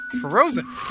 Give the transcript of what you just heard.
frozen